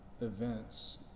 events